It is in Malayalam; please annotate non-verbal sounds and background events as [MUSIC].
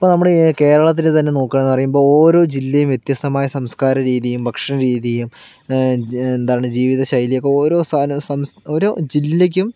ഇപ്പം [UNINTELLIGIBLE] നമ്മുടെ കേരളത്തില് തന്നെ നോക്കുകയാണ് പറയുമ്പോൾ ഓരോ ജില്ലയും വ്യത്യസ്ഥമായ സംസ്കാര രീതിയും ഭക്ഷണ രീതിയും എന്താണ് ജീവിതശൈലിയൊക്കെ ഓരോ സന സം സംസ് ഓരോ ജില്ലയ്ക്കും